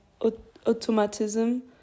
automatism